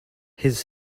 his